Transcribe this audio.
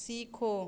सीखो